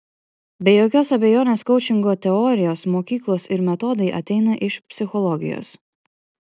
be jokios abejonės koučingo teorijos mokyklos ir metodai ateina iš psichologijos